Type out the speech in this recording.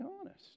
honest